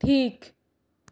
ঠিক